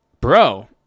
Bro